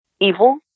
evil